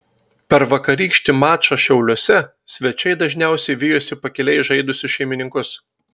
per vakarykštį mačą šiauliuose svečiai dažniausiai vijosi pakiliai žaidusius šeimininkus